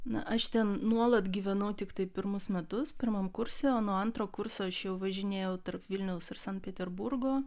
na aš ten nuolat gyvenau tiktai pirmus metus pirmam kurse o nuo antro kurso aš jau važinėjau tarp vilniaus ir sankt peterburgo